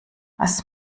was